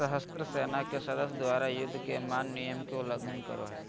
सशस्त्र सेना के सदस्य द्वारा, युद्ध के मान्य नियम के उल्लंघन करो हइ